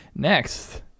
Next